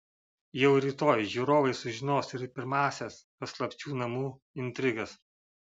jau rytoj žiūrovai sužinos ir pirmąsias paslapčių namų intrigas